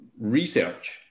research